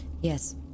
Yes